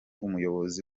umuyobozi